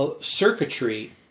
circuitry